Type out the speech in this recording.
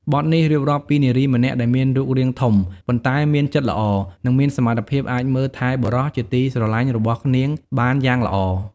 បទនេះរៀបរាប់ពីនារីម្នាក់ដែលមានរូបរាងធំ ប៉ុន្តែមានចិត្តល្អ និងមានសមត្ថភាពអាចមើលថែបុរសជាទីស្រឡាញ់របស់នាងបានយ៉ាងល្អ។